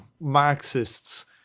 Marxists